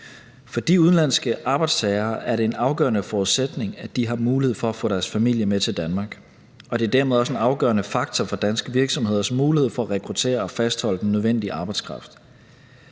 For de udenlandske arbejdstagere er det en afgørende forudsætning, at de har mulighed for at få deres familie med til Danmark, og det er dermed også en afgørende faktor for danske virksomheders mulighed for at rekruttere og fastholde den nødvendige arbejdskraft.